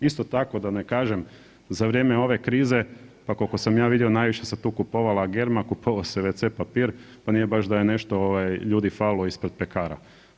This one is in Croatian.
Isto tako da ne kažem za vrijeme ove krize, pa kolko sam ja vidio najviše se tu kupovala germa, kupovao se wc papir, pa nije baš da je nešto ovaj ljudi falilo ispred pekara.